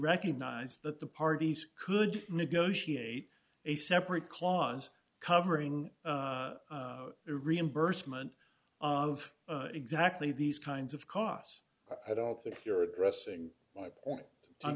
recognized that the parties could negotiate a separate clause covering reimbursement of exactly these kinds of costs i don't think you're addressing my point i'm